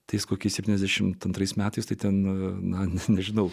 tais kokie septyniasdešimt antrais metais tai ten na nežinau